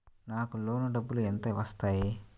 నాకు లోన్ డబ్బులు ఎంత వస్తాయి?